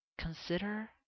Consider